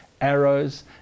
arrows